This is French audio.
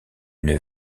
une